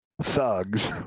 thugs